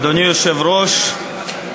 אדוני היושב-ראש,